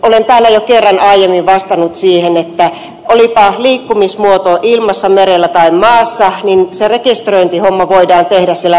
olen täällä jo kerran aiemmin vastannut siihen että olipa liikkumismuoto mikä tahansa oltiinpa ilmassa merellä tai maassa niin se rekisteröintihomma voidaan tehdä siellä rovaniemellä